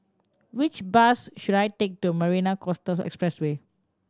which bus should I take to Marina Coastal Expressway